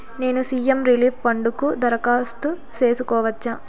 నేను CM relief fund కు దరఖాస్తు సేసుకోవచ్చా?